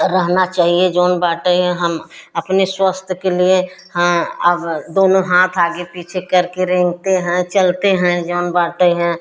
रहना चाहिए जोन बाटे है हम अपने स्वास्थ्य के लिए हाँ अब दोनों हाथ आगे पीछे करके रहते हैं चलते हैं चलते हैं जोन बाटे है